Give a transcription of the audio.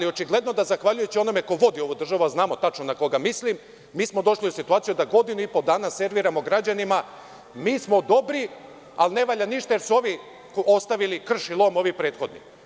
Očigledno da zahvaljujući onome ko vodi ovu državu, a znamo tačno na koga mislim, mi smo došli u situaciju da godinu i po dana, serviramo građanima, mi smo dobri, ali ne valja ništa, jer su ovi ostavili krš i lom, ovi prethodni.